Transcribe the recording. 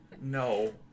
No